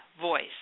voice